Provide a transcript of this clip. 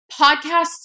podcasts